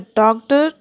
doctor